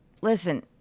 listen